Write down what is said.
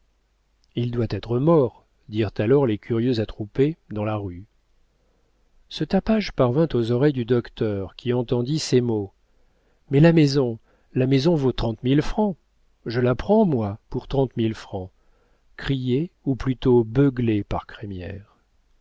il doit être mort dirent alors les curieux attroupés dans la rue ce tapage parvint aux oreilles du docteur qui entendit ces mots mais la maison la maison vaut trente mille francs je la prends moi pour trente mille francs criés ou plutôt beuglés par